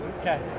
Okay